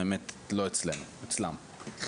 האמת שלא אצלנו אצלם.